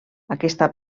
aquesta